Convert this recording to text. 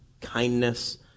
kindness